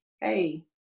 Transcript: hey